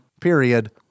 period